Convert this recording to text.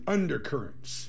Undercurrents